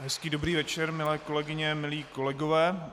Hezký, dobrý večer, milé kolegyně, milí kolegové.